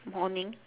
morning